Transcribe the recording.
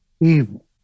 evil